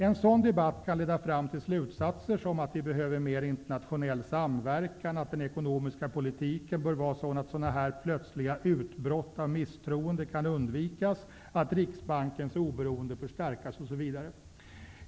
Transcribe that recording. En sådan debatt kan leda fram till slutsatser som att vi behöver mer internationell samverkan, att den ekonomiska politiken bör vara sådan att dessa plötsliga utbrott av misstroende kan undvikas, att Riksbankens oberoende bör stärkas osv.